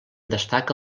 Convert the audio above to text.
destaca